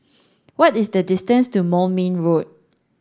what is the distance to Moulmein Road